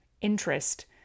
interest